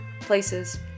places